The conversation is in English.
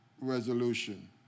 Resolution